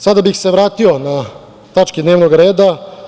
Sada bih se vratio na tačke dnevnog reda.